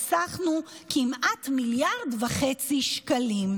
חסכנו כמעט 1.5 מיליארד שקלים.